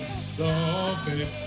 Zombie